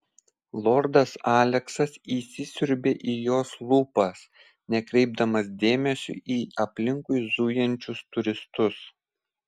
lordas aleksas įsisiurbė į jos lūpas nekreipdamas dėmesio į aplinkui zujančius turistus